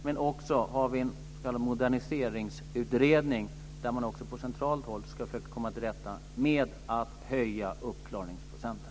Men vi har också en s.k. moderniseringsutredning där man på centralt håll ska försöka komma till rätta med att höja uppklaringsprocenten.